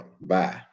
bye